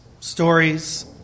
stories